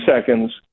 seconds